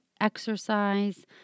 exercise